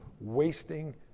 wasting